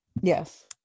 Yes